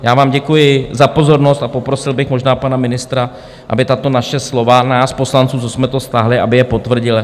Já vám děkuji za pozornost a poprosil bych možná pana ministra, aby tato naše slova, nás poslanců, co jsme to stáhli, potvrdil.